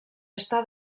està